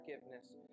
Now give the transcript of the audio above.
forgiveness